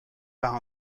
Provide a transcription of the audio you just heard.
par